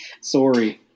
Sorry